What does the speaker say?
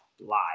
lie